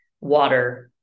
water